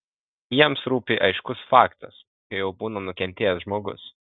jiems rūpi aiškus faktas kai jau būna nukentėjęs žmogus